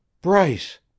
Bryce